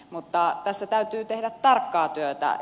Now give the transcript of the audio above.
mutta tässä täytyy tehdä tarkkaa työtä